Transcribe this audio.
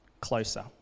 closer